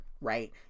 Right